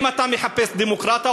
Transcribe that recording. אם אתה מחפש דמוקרטיה,